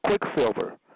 Quicksilver